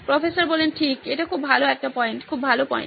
professor ঠিক এটা খুব ভালো পয়েন্ট খুব ভালো পয়েন্ট